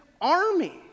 army